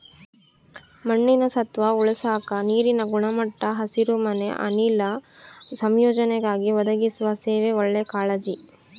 ಮಣ್ಣಿನ ಸತ್ವ ಉಳಸಾಕ ನೀರಿನ ಗುಣಮಟ್ಟ ಹಸಿರುಮನೆ ಅನಿಲ ಸಂಯೋಜನೆಗಾಗಿ ಒದಗಿಸುವ ಸೇವೆ ಒಳ್ಳೆ ಕಾಳಜಿ